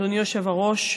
אדוני היושב-ראש.